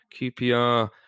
QPR